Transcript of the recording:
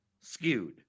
skewed